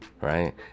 right